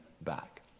back